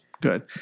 Good